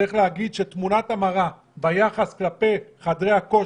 צריך להגיד שתמונת המראה ביחס כלפי חדרי הכושר,